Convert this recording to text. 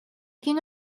can